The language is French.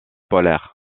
polaire